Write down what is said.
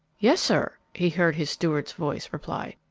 yes, sir, he heard his steward's voice reply.